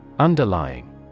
Underlying